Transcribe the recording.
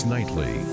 Nightly